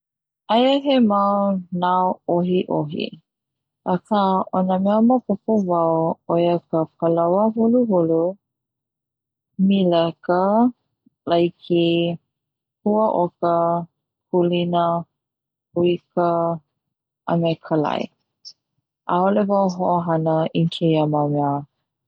Aia he mau nao 'ohi'ohi aka na mes maopopo wau 'o ia ka palaoa huluhulu, mileka, laiki, hua oka, kulina, huika, a me ka lai, 'a'ole wau ho'ohana i keia mau mea.